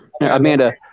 Amanda